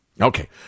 Okay